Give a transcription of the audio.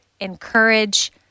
encourage